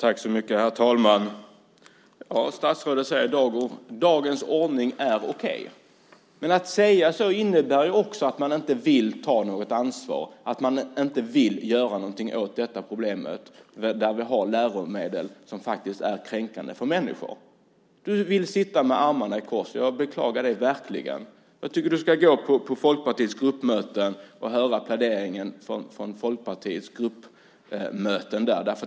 Herr talman! Statsrådet säger: Dagens ordning är okej. Att säga så innebär också att man inte vill ta något ansvar och göra någonting åt detta problem. Vi har läromedel som faktiskt är kränkande för människor. Du vill sitta med armarna i kors. Jag beklagar det verkligen. Jag tycker att du ska gå på Folkpartiets gruppmöten och höra pläderingen där.